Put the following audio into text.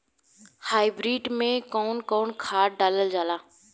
Hybrid में कउन कउन खाद डालल जाला?